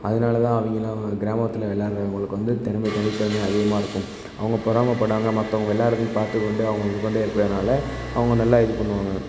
அதனால தான் அவங்கலாம் கிராமத்தில் விளாட்றவுங்களுக்கு வந்து திறமை தனித்திறமை அதிகமாக இருக்கும் அவங்க பொறாமைப்படுவாங்க மற்றவங்க விளாட்றதையும் பார்த்துக்கொண்டு அவங்க இது கொண்டே இருக்கிறதுனால அவங்க நல்லா இது பண்ணுவாங்க